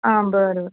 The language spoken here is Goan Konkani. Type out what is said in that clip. आ बरें